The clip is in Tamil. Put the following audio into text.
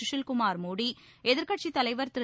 குஷில் குமார் மோடி எதிர்க் கட்சித் தலைவர் திரு